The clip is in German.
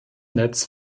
netz